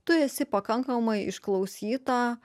tu esi pakankamai išklausyta